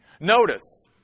Notice